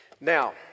Now